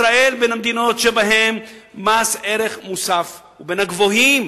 ישראל היא בין המדינות שבהן מס ערך מוסף הוא בין הגבוהים,